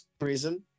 reason